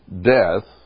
death